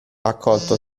accolto